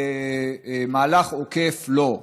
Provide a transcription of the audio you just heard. מהלך עוקף לא.